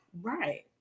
right